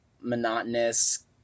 monotonous